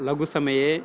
लघुसमये